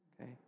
okay